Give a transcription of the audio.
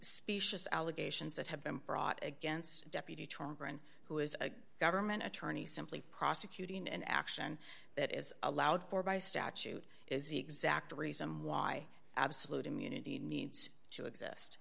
specious allegations that have been brought against deputy chairman who is a government attorney simply prosecuting an action that is allowed for by statute is the exact reason why absolute immunity needs to exist